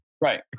right